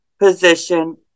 position